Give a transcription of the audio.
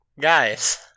Guys